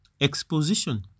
Exposition